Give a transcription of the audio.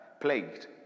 plagued